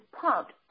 pumped